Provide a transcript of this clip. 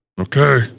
Okay